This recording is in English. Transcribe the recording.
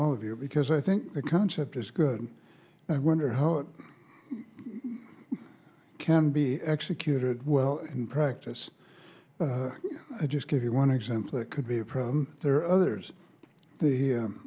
all of you because i think the concept is good i wonder how it can be executed well in practice i just give you one example it could be a problem there are others th